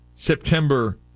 September